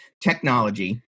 technology